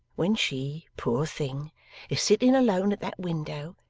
when she poor thing is sitting alone at that window,